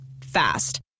fast